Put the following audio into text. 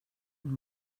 und